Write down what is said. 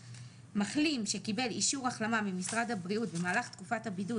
מחלים שקיבל אישור החלמה ממשרד הבריאות במהלך תקופת הבידוד